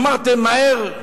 אמרתם: מהר,